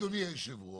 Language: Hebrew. אדוני היושב-ראש,